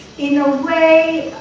in a way,